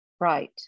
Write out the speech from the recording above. Right